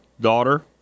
daughter